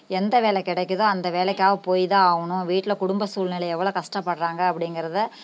எந்த வேலை கிடைக்கிதோ அந்த வேலைக்காக போய் தான் ஆகணும் வீட்டில் குடும்ப சூழ்நிலையை எவ்வளோ கஷ்டப்படுறாங்க அப்படிங்கிறத